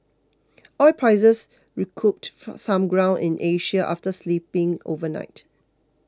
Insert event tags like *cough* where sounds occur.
oil prices recouped *unintelligible* some ground in Asia after slipping overnight